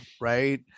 Right